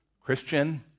Christian